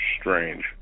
strange